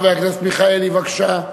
חבר הכנסת מיכאלי, בבקשה.